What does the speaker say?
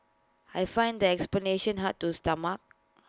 I find that explanation hard to stomach